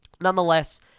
nonetheless